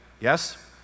Yes